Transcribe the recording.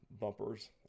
bumpers